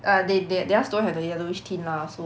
uh they they theirs don't have the yellowish tint lah so